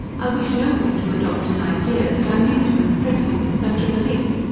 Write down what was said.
i wish no one to adopt an idea, that i mean to impress him with such a belief,